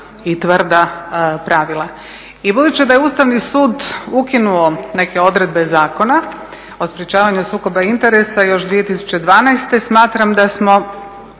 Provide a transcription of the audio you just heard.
I budući da je Ustavni sud ukinuo neke odredbe Zakona o sprečavanju sukoba interesa još 2012., smatram da smo